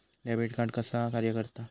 Debit card कसा कार्य करता?